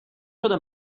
شده